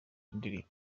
indirimbo